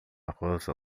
rosa